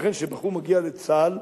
לכן כשבחור מגיע לצה"ל,